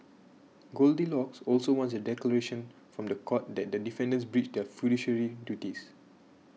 goldilocks also wants a declaration from the court that the defendants breached their fiduciary duties